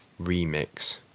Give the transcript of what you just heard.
remix